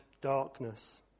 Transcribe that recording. darkness